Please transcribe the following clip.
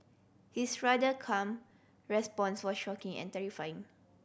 his rather calm response was shocking and terrifying